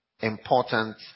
Important